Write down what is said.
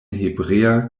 hebrea